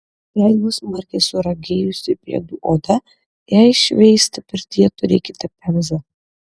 jeigu smarkiai suragėjusi pėdų oda jai šveisti pirtyje turėkite pemzą